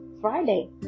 Friday